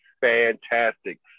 fantastic